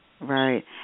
Right